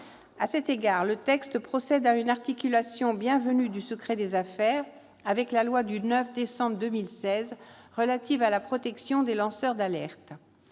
À cet égard, le texte procède à une articulation bienvenue du secret des affaires avec la loi du 9 décembre 2016 relative à la protection des lanceurs d'alerte.